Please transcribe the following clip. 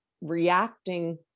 reacting